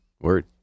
word